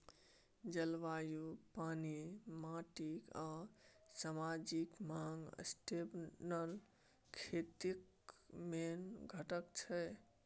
जलबायु, पानि, माटि आ समाजिक माँग सस्टेनेबल खेतीक मेन घटक छै